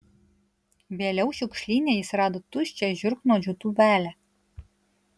vėliau šiukšlyne jis rado tuščią žiurknuodžių tūbelę